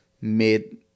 mid